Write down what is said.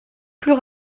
plus